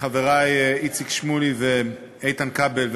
ולחברי איציק שמולי ואיתן כבל,